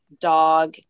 dog